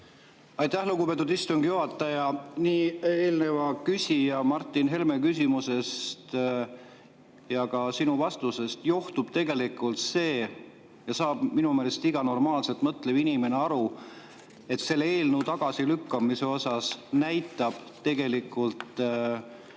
Aitäh, lugupeetud istungi juhataja! Eelneva küsija Martin Helme küsimusest ja ka sinu vastusest johtub tegelikult see – ja sellest saab minu meelest iga normaalselt mõtlev inimene aru –, et selle eelnõu tagasilükkamisega näitab valitsus